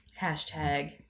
Hashtag